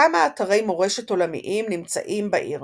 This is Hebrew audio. כמה אתרי מורשת עולמיים נמצאים בעיר